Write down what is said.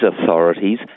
authorities